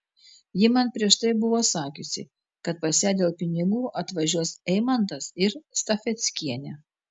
ji man prieš tai buvo sakiusi kad pas ją dėl pinigų atvažiuos eimantas ir stafeckienė